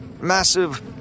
massive